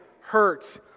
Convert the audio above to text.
hurts